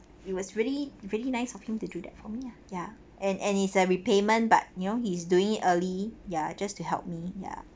it was really really nice of him to do that for me ah ya and and is a repayment but you know he's doing early ya just to help me ya